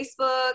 Facebook